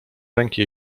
ręki